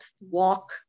walk